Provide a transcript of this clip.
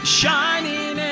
shining